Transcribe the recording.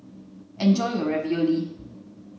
enjoy your Ravioli